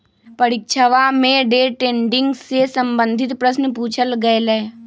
परीक्षवा में day trading से संबंधित प्रश्न पूछल गय लय